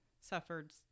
suffered